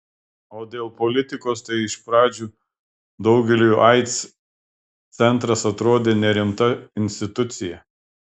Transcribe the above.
o dėl politikos tai iš pradžių daugeliui aids centras atrodė nerimta institucija